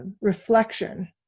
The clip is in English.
reflection